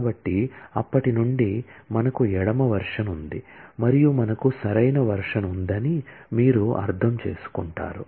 కాబట్టి అప్పటి నుండి మనకు ఎడమ వెర్షన్ ఉంది మరియు మనకు సరైన వెర్షన్ ఉందని మీరు అర్థం చేసుకుంటారు